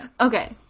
Okay